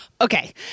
Okay